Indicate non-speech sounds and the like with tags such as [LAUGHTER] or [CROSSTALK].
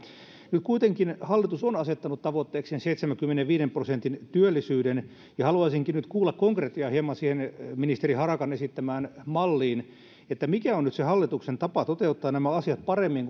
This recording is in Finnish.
nyt kuitenkin hallitus on asettanut tavoitteekseen seitsemänkymmenenviiden prosentin työllisyyden ja haluaisinkin kuulla hieman konkretiaa ministeri harakan esittämään malliin mikä on nyt hallituksen tapa toteuttaa nämä asiat paremmin [UNINTELLIGIBLE]